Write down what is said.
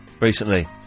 recently